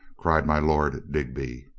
cried my lord digby.